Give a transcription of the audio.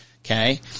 Okay